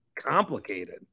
complicated